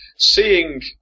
Seeing